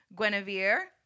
Guinevere